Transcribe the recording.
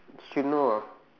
should know ah